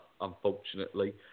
unfortunately